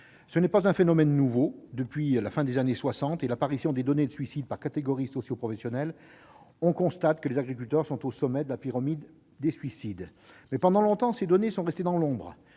Ce n'est pas un phénomène nouveau. Depuis la fin des années 1960 et l'apparition des données de suicide par catégories socioprofessionnelles, on constate que les agriculteurs sont au sommet de la pyramide des suicides. Toutefois, pendant longtemps ces données sont restées dans l'ombre.